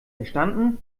verstanden